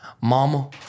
Mama